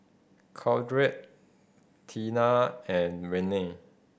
Caltrate Tena and Rene